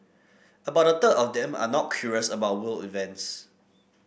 about a third of them are not curious about world events